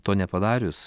to nepadarius